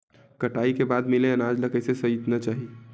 कटाई के बाद मिले अनाज ला कइसे संइतना चाही?